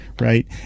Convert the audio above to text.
right